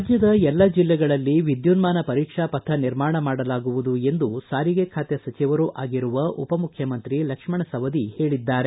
ರಾಜ್ಞದ ಎಲ್ಲ ಜಿಲ್ಲೆಗಳಲ್ಲಿ ವಿದ್ಯುನ್ನಾನ ಪರೀಕ್ಷಾ ಪಥ ನಿರ್ಮಾಣ ಮಾಡಲಾಗುವುದು ಎಂದು ಸಾರಿಗೆ ಖಾತೆ ಸಚಿವರೂ ಆಗಿರುವ ಉಪಮುಖ್ಯಮಂತ್ರಿ ಲಕ್ಷ್ಣ ಸವದಿ ಹೇಳಿದ್ದಾರೆ